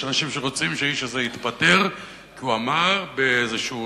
יש אנשים שרוצים שהאיש הזה יתפטר כי הוא אמר באיזושהי